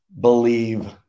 believe